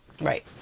Right